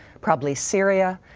probably syria.